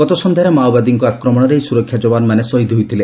ଗତ ସନ୍ଧ୍ୟାରେ ମାଓବାଦୀମାନଙ୍କ ଆକ୍ରମଣରେ ଏହି ସ୍ୱରକ୍ଷା ଯବାନମାନେ ଶହୀଦ ହୋଇଥିଲେ